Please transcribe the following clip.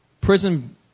prison